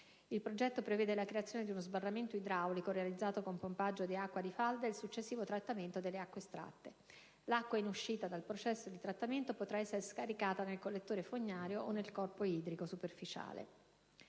Il progetto prevede la creazione di uno sbarramento idraulico, realizzato con pompaggio di acqua di falda ed il successivo trattamento delle acque estratte. L'acqua in uscita dal processo di trattamento potrà essere scaricata nel collettore fognario o nel corpo idrico superficiale.